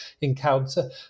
encounter